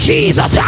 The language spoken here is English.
Jesus